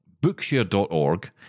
Bookshare.org